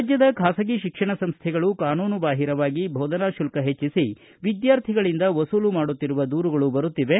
ರಾಜ್ಯದ ಖಾಸಗಿ ಶಿಕ್ಷಣ ಸಂಸ್ಥೆಗಳು ಕಾನೂನು ಬಾಹಿರವಾಗಿ ಬೋಧನಾ ಕುಲ್ಕ ಹೆಚ್ಚಿಸಿ ವಿದ್ಯಾರ್ಥಿಗಳಿಂದ ವಸೂಲು ಮಾಡುತ್ತಿರುವ ದೂರುಗಳು ಬರುತ್ತಿವೆ